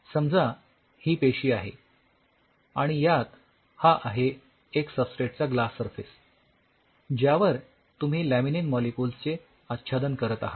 समजा ही पेशी आहे आणि हा आहे एक सबस्ट्रेटचा ग्लास सरफेस ज्यावर तुम्ही लॅमिनीन मॉलिक्युल्स चे आच्छादन करत आहात